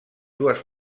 dues